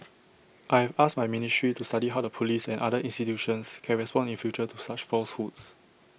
I have asked my ministry to study how the Police and other institutions can respond in future to such falsehoods